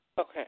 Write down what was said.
Okay